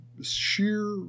sheer